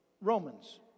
Romans